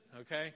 Okay